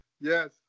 yes